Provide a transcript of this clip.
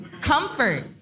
comfort